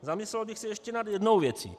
Zamyslel bych se ještě nad jednou věcí.